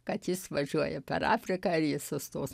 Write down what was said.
kad jis važiuoja per afriką ir jis sustos